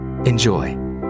Enjoy